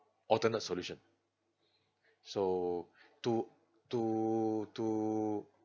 alternate solution so to to to